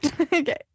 okay